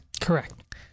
Correct